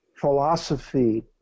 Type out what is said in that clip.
philosophy